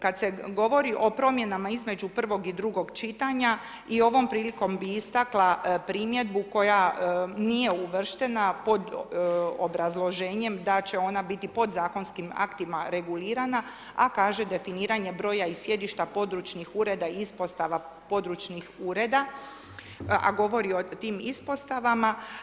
Kad se govori o promjenama između prvog i drugog čitanja, i ovom prilikom bi istakla primjedbu koja nije uvrštena, pod obrazloženjem da će ona biti pod zakonskim aktima regulirana, a kaže definiranje broja i sjedišta područnih ureda i ispostava područnih ureda, a govori o tim ispostavama.